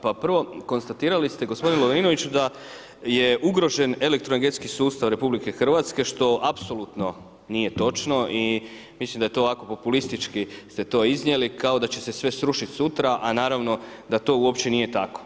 Pa prvo konstatirali ste gospodine Lovrinović da je ugrožen elektroenergetski sustav RH što apsolutno nije točno i mislim da je to ovako populistički ste to iznijeli kao da će se sve srušiti sutra, a naravno da to uopće nije tako.